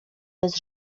bez